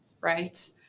right